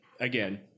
again